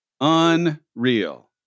Unreal